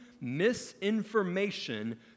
misinformation